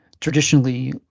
traditionally